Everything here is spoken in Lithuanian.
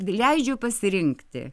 leidžiu pasirinkti